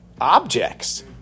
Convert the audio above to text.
objects